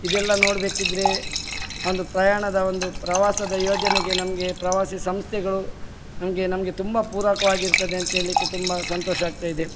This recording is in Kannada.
ಇದೆಲ್ಲ ನೋಡಬೇಕಿದ್ರೆ ಒಂದು ಪ್ರಯಾಣದ ಒಂದು ಪ್ರವಾಸದ ಯೋಜನೆಗೆ ನಮಗೆ ಪ್ರವಾಸಿ ಸಂಸ್ಥೆಗಳು ಹಂಗೆ ನಮಗೆ ತುಂಬ ಪೂರಾಕವಾಗಿರ್ತದೆ ಅಂಥೇಳ್ಳಿಕ್ಕೆ ತುಂಬ ಸಂತೋಷ ಆಗ್ತಾಯಿದೆ